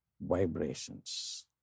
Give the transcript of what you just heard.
vibrations